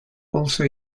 also